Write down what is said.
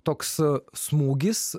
toks smūgis